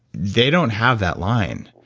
they don't have that line.